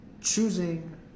choosing